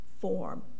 form